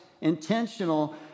intentional